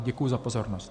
Děkuji za pozornost.